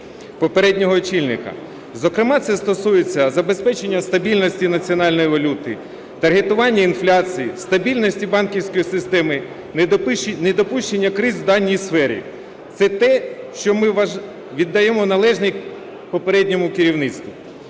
попереднього очільника. Зокрема, це стосується забезпечення стабільності національної валюти, таргетування інфляції, стабільності банківської системи, недопущення криз в даній сфері. Це те, що ми віддаємо належне попередньому керівництву.